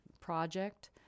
project